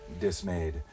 dismayed